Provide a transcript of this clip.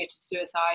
suicide